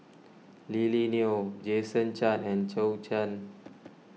Lily Neo Jason Chan and Zhou Can